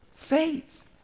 faith